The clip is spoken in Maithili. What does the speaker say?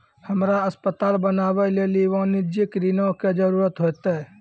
हमरा अस्पताल बनाबै लेली वाणिज्यिक ऋणो के जरूरत होतै